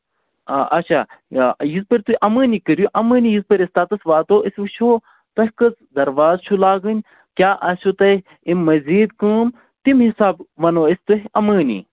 آ اچھا یِتھ پٲٹھۍ تُہۍ اَمٲنی کٔرِو اَمٲنی یِتھ پٲٹھۍ أسۍ تَتَٮ۪تھ واتو أسۍ وٕچھو تۄہہِ کٔژ دروازٕ چھِو لاگٕنۍ کیٛاہ آسیو تۄہہِ اَمہِ مٔزیٖد کٲم تَمہِ حِسابہٕ وَنو أسۍ تۄہہِ اَمٲنی